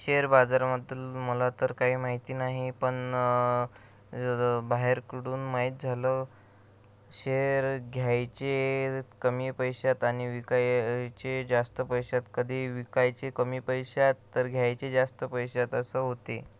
share बाजारामद्दल मला तर काही माहिती नाही पण बाहेर कुठून माहीत झालं शेअर घ्यायचे कमी पैशात आणि विकायचे जास्त पैशात कधी विकायचे कमी पैशात तर घ्यायचे जास्त पैशात असं होते